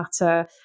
matter